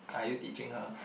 are you teaching her